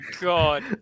god